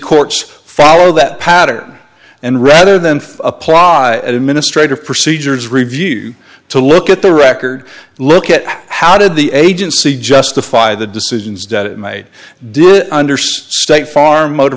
courts follow that pattern and rather than apply administrative procedures review to look at the record look at how did the agency justify the decisions that it made do it under state farm motor